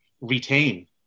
retain